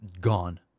Gone